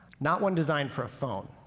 not one designed for a phone.